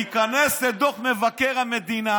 תיכנס לדוח מבקר המדינה